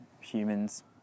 humans